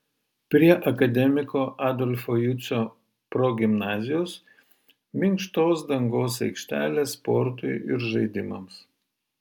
prie akademiko adolfo jucio progimnazijos minkštos dangos aikštelė sportui ir žaidimams